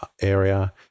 area